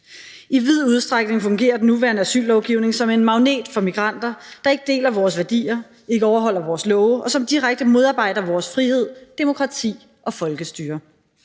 I vid udstrækning fungerer den nuværende asyllovgivning som en magnet for migranter, der ikke deler vores værdier, ikke overholder vores love, og som direkte modarbejder vores frihed, demokrati og folkestyre.